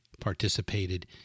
participated